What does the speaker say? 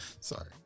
sorry